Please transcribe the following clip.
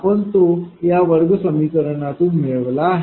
आपण तो या वर्ग समीकरणातून मिळविला आहे